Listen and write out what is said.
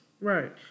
right